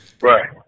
Right